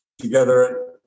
together